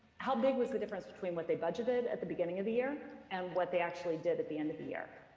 how big was the difference between what they budgeted at the beginning of the year and what they actually did at the end of the year?